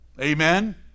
Amen